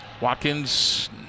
Watkins